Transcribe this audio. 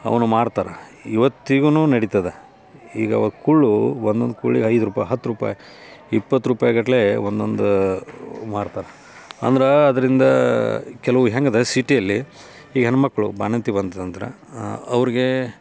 ಅವನ್ನು ಮಾಡ್ತಾರೆ ಇವತ್ತಿಗು ನಡಿತದೆ ಈಗ ಕುರ್ಳು ಒಂದೊಂದು ಕುರ್ಳಿಗ್ ಐದು ರೂಪಾಯಿ ಹತ್ತು ರೂಪಾಯಿ ಇಪ್ಪತ್ತು ರೂಪಾಯಿ ಗಟ್ಟಲೆ ಒಂದೊಂದು ಮಾರ್ತಾರೆ ಅಂದ್ರೆ ಅದರಿಂದ ಕೆಲವು ಹೆಂಗಿದೆ ಸಿಟಿಯಲ್ಲಿ ಈ ಹೆಣ್ಣು ಮಕ್ಕಳು ಬಾಣಂತಿ ಬಂತಂದ್ರೆ ಅವ್ರ್ಗೆ